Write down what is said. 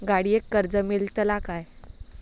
गाडयेक कर्ज मेलतला काय?